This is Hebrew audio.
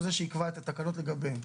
הוא זה שיקבע את התקנות לגביהן.